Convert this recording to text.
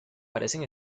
parecen